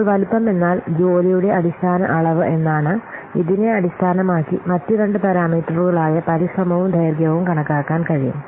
അപ്പോൾ വലുപ്പം എന്നാൽ ജോലിയുടെ അടിസ്ഥാന അളവ് എന്നാണ് ഇതിനെ അടിസ്ഥാനമാക്കി മറ്റു രണ്ടു പരാമീറ്ററുകൾ ആയ പരിശ്രമവും ദൈർഘ്യവും കണക്കാക്കാൻ കഴിയും